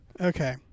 Okay